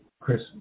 Chris